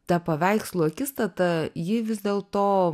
ta paveikslų akistata ji vis dėl to